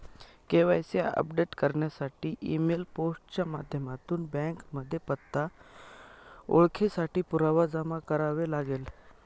KYC update करण्यासाठी email, post च्या माध्यमातून बँकेमध्ये पत्ता, ओळखेसाठी पुरावा जमा करावे लागेल